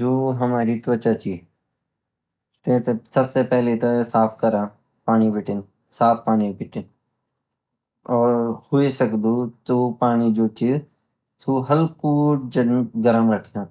जो हमारी त्वचा ची तेते सबसे पहले ता साफ करा पानी बीतीं और हुए सकदु जो पानी जोची सु हल्कु जान गरम रखियाँ